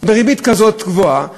בריבית כזאת גבוהה,